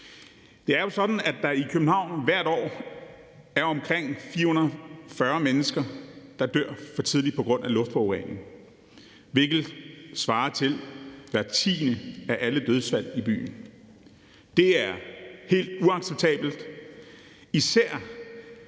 Det er jo sådan, at der i København hvert år er omkring 440 mennesker, der dør for tidligt på grund af luftforurening, hvilket svarer til hver tiende af alle dødsfald i byen. Det er helt uacceptabelt, især